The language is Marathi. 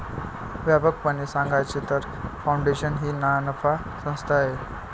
व्यापकपणे सांगायचे तर, फाउंडेशन ही नानफा संस्था आहे